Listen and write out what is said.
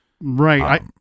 Right